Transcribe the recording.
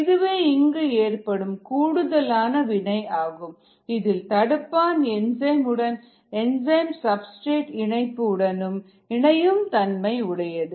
இதுவே இங்கு ஏற்படும் கூடுதலான வினை ஆகும் இதில் தடுப்பான் என்சைம் உடனும் என்சைம் சப்ஸ்டிரேட் இணைப்பு உடனும் இணையும் தன்மை உடையது